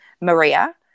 maria